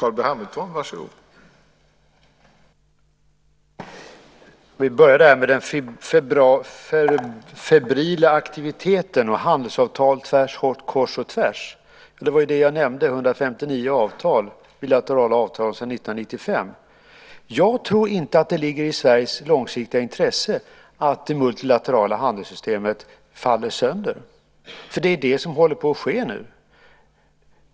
Herr talman! Låt mig börja med den febrila aktiviteten och handelsavtal kors och tvärs. Det var ju det jag nämnde. Det har träffats 159 bilaterala avtal sedan 1995. Jag tror inte att det ligger i Sveriges långsiktiga intresse att det multilaterala förhandlingssystemet faller sönder. Det är det som håller på att ske nu genom